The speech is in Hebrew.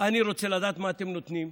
אני רוצה לדעת מה אתם נותנים.